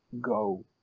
go